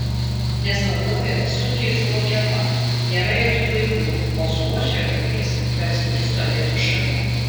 nes naujovė sunkiai suvokiama nėra jokių laidų o su uošve kalbiesi tarsi ji stovėtų šalia